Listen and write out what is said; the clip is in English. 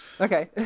Okay